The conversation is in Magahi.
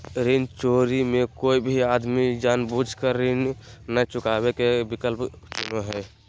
ऋण चोरी मे कोय भी आदमी जानबूझ केऋण नय चुकावे के विकल्प चुनो हय